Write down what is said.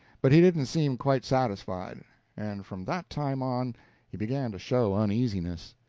but he didn't seem quite satisfied and from that time on he began to show uneasiness.